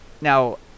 now